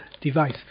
device